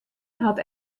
hat